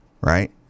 right